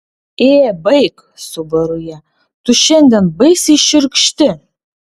ė baik subaru ją tu šiandien baisiai šiurkšti